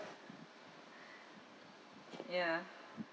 ya